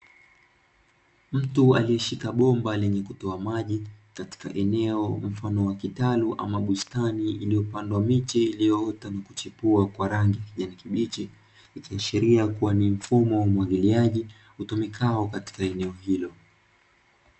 Mtu aliyeshika bomba lenye kutoa maji, katika eneo mfano wa kitalu ama bustani, iliyopandwa miche iliyoota na kuchipua kwa rangi ya kijani kibichi, ikiashiria kuwa ni mfumo wa umwagiliaji utumikao katika eneo hilo.